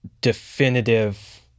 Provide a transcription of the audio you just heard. definitive